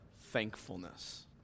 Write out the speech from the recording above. thankfulness